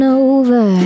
over